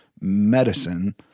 medicine